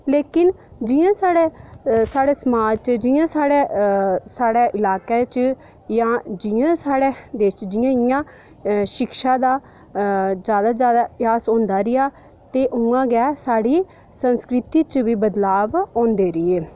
लेकिन जियां साढ़े साढ़े समाज च जियां साढ़े साढ़े इलाके च जां जियां जियां शिक्षा दा जादै जादै होंदा रेहा ते उ'आं गै साढ़ी संस्कृति च बी बदलाव होंदे रेह्